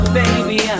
baby